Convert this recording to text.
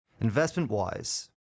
Investment-wise